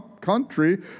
country